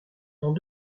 dans